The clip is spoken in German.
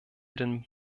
dem